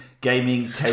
gaming